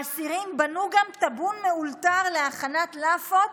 "האסירים בנו גם טאבון מאולתר להכנת לאפות